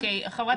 זה